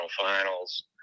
finals